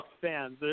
fans